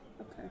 Okay